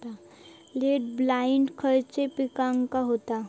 Late blight खयले पिकांका होता?